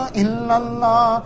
illallah